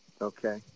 Okay